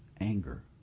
anger